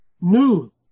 new